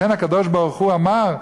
לכן הקדוש-ברוך-הוא אמר: